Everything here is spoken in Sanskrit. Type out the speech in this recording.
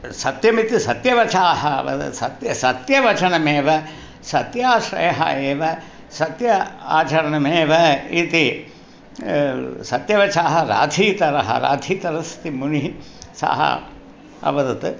सत्यमिति सत्यवचाः वद सत्य सत्यवचनमेव सत्याश्रयः एव सत्य आचरणमेव इति सत्यवचाः राथीतरः राथीतरस् इति मुनिः सः अवदत्